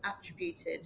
attributed